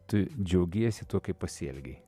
tu džiaugiesi tuo kaip pasielgei